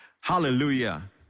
Hallelujah